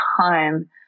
time